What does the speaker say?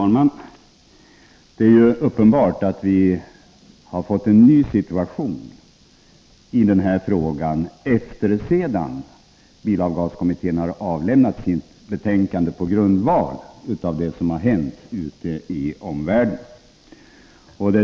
Herr talman! Det är uppenbart att vi har fått en ny situation i den här frågan efter det att bilavgaskommittén avlämnade sitt betänkande på grundval av det som har hänt ute i omvärlden.